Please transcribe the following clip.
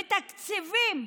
ותקציבים,